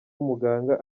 umuganga